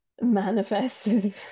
manifested